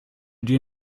dir